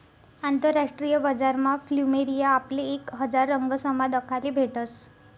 आंतरराष्ट्रीय बजारमा फ्लुमेरिया आपले एक हजार रंगसमा दखाले भेटस